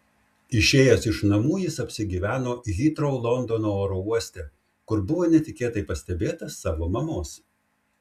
išėjęs iš namų jis apsigyveno hitrou londono oro uoste kur buvo netikėtai pastebėtas savo mamos